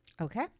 Okay